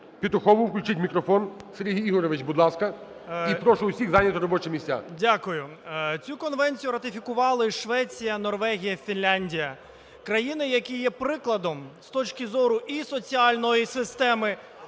Петухову. Включіть мікрофон Сергій Ігорович, будь ласка. І прошу всіх зайняти робочі місця. 16:26:48 ПЕТУХОВ С.І. Дякую. Цю конвенцію ратифікували Швеція, Норвегія, Фінляндія, країни, які є прикладом з точки зору і соціальної системи,